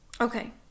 Okay